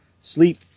Sleep